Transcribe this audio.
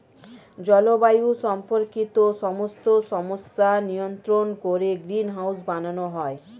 জলবায়ু সম্পর্কিত সমস্ত সমস্যা নিয়ন্ত্রণ করে গ্রিনহাউস বানানো হয়